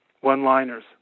One-liners